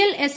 L S